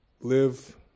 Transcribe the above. live